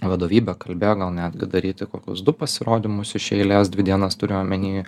vadovybe kalbėję gal netgi daryti kokius du pasirodymus iš eilės dvi dienas turiu omeny